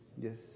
Yes